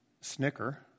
snicker